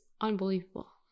unbelievable